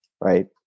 Right